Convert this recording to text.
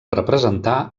representar